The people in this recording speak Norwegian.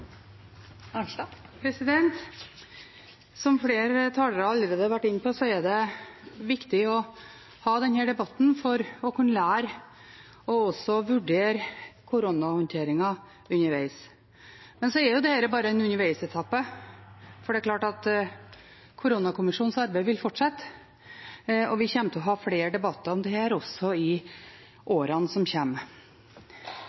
Som flere talere allerede har vært inne på, er det viktig å ha denne debatten for å kunne lære og også vurdere koronahåndteringen underveis. Men dette er bare en underveisetappe, for det er klart at koronakommisjonens arbeid vil fortsette, og vi kommer til å ha flere debatter om dette også i